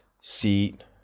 seat